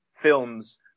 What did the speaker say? films